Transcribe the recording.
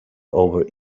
over